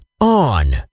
on